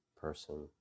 person